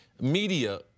media